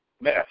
mess